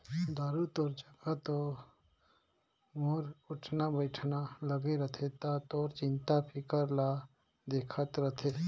दाऊ तोर जघा तो मोर उठना बइठना लागे रथे त तोर चिंता फिकर ल देखत रथें